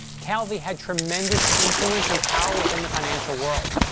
calvi had tremendous influence and power within the financial world,